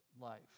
life